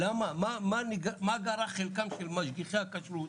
למה, מה גרע חלקם של משגיחי הכשרות